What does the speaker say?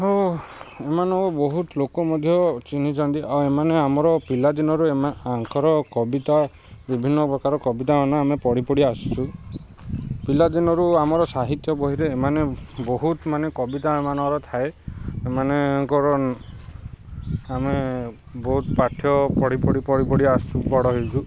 ଓ ଏମାନେ ବହୁତ ଲୋକ ମଧ୍ୟ ଚିହ୍ନିଛନ୍ତି ଆଉ ଏମାନେ ଆମର ପିଲାଦିନରୁ ୟାଙ୍କର କବିତା ବିଭିନ୍ନ ପ୍ରକାର କବିତା ଆମେ ଆମେ ପଢ଼ି ପଢ଼ି ଆସିଛୁ ପିଲାଦିନରୁ ଆମର ସାହିତ୍ୟ ବହିରେ ଏମାନେ ବହୁତ ମାନେ କବିତା ଏମାନଙ୍କର ଥାଏ ଏମାନଙ୍କର ଆମେ ବହୁତ ପାଠ୍ୟ ପଢ଼ି ପଢ଼ି ପଢ଼ି ପଢ଼ି ଆସିଛୁ ବଡ଼ ହେଇଛୁ